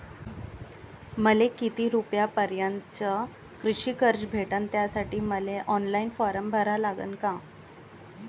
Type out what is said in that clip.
मले किती रूपयापर्यंतचं कृषी कर्ज भेटन, त्यासाठी मले ऑनलाईन फारम भरा लागन का?